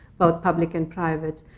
both public and private,